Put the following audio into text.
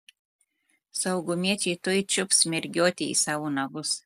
saugumiečiai tuoj čiups mergiotę į savo nagus